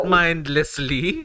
mindlessly